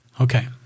Okay